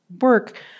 work